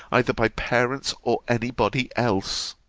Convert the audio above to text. either by parents, or any body else.